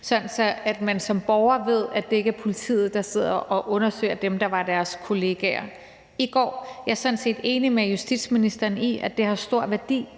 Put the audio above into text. at man som borger ved, at det ikke er politiet, der sidder og undersøger dem, der var deres kollegaer i går. Jeg er sådan set enig med justitsministeren i, at det har stor værdi,